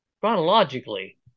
chronologically